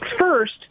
First